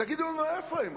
תגידו לנו רק איפה הם.